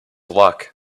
luck